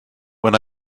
when